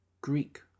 Greek